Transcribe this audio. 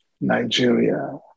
Nigeria